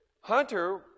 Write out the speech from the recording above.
hunter